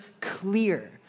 clear